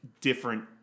different